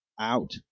out